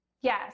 Yes